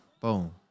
Boom